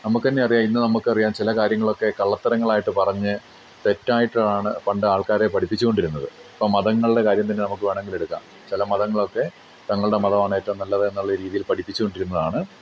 നമുക്ക് തന്നെ അറിയാം ഇന്ന് നമുക്കറിയാം ചില കാര്യങ്ങളൊക്കെ കള്ളത്തരങ്ങളായിട്ട് പറഞ്ഞ് തെറ്റായിട്ടാണ് പണ്ട് ആൾക്കാരെ പഠിപ്പിച്ചുകൊണ്ടിരുന്നത് ഇപ്പം മതങ്ങളുടെ കാര്യം തന്നെ നമുക്ക് വേണമെങ്കിൽ എടുക്കാം ചില മതങ്ങളൊക്കെ തങ്ങളുടെ മതമാണ് ഏറ്റവും നല്ലത് എന്നുള്ള രീതിയിൽ പഠപ്പിച്ചുകൊണ്ടിരുന്നതാണ്